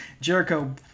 Jericho